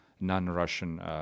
non-Russian